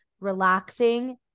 relaxing